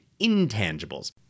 intangibles